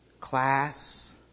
class